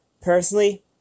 personally